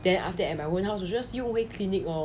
then after that at my own house 我 just 用回 Clinique oh